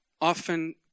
often